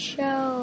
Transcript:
Show